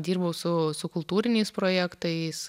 dirbau su su kultūriniais projektais